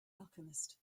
alchemist